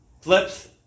flips